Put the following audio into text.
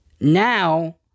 now